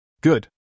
Good